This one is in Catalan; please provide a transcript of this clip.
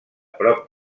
prop